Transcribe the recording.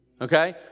Okay